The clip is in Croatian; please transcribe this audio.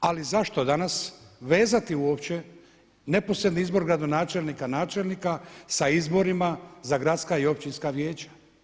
Ali zašto danas vezati uopće neposredni izbor gradonačelnika, načelnika sa izborima za gradska i općinska vijeća?